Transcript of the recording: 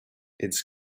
its